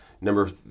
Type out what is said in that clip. Number